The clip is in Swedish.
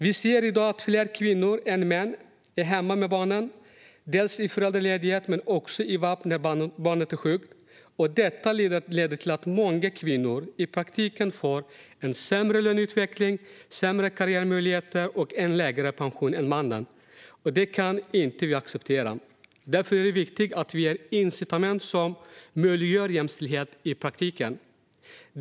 Vi ser i dag att fler kvinnor än män är hemma med barn, under föräldraledighet men också vid vab när barnet är sjukt. Detta leder till att många kvinnor i praktiken får en sämre löneutveckling, sämre karriärmöjligheter och lägre pension än mannen. Detta kan vi inte acceptera. Därför är det viktigt att vi ger incitament som möjliggör jämställdhet i praktiken.